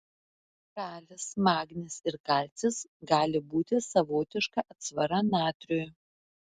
kalis magnis ir kalcis gali būti savotiška atsvara natriui